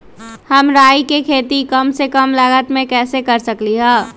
हम राई के खेती कम से कम लागत में कैसे कर सकली ह?